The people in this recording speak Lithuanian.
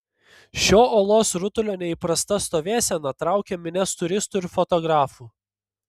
šio uolos rutulio neįprasta stovėsena traukia minias turistų ir fotografų